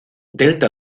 delta